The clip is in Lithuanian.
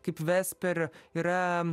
kaip vesper yra